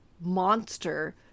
monster